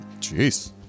Jeez